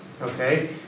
okay